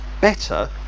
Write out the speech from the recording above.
better